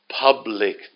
public